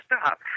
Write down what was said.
stop